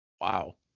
Wow